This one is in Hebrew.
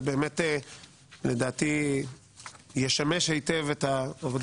זה באמת לדעתי ישמש היטב את העבודה